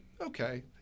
okay